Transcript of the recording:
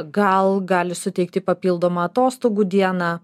gal gali suteikti papildomą atostogų dieną